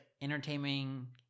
entertaining